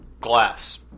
glass